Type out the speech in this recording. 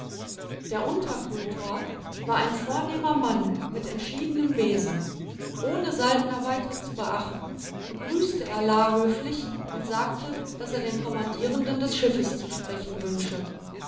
der unterkultor war ein vornehmer mann mit entschiedenem wesen ohne saltner weiter zu beachten begrüßte er la höflich und sagte daß er den kommandierenden des schiffes zu sprechen wünsche